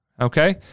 Okay